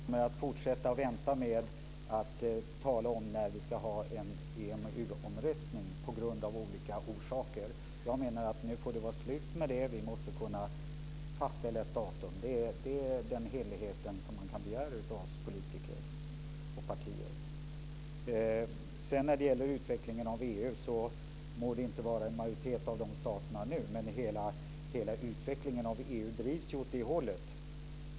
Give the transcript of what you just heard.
Fru talman! Jag tycker av olika orsaker att man ska sluta att tala om när vi ska ha en EMU omröstning. Vi måste kunna fastställa ett datum för en sådan. Den hederligheten kan man begära av oss politiker och våra partier. När det sedan gäller min uppfattning om EU:s utveckling må det inte vara en majoritet av staterna som nu går i denna riktning, men hela utvecklingen av EU drivs ju åt det hållet.